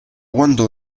quando